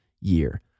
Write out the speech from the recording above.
year